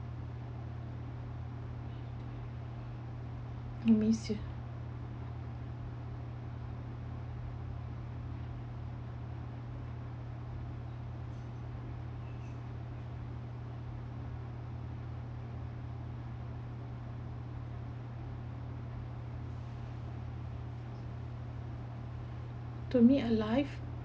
that means you to me alive